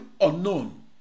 unknown